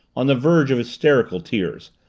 on the verge of hysterical tears.